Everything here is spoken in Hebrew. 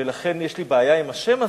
ולכן יש לי בעיה עם השם הזה,